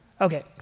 Okay